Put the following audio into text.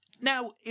Now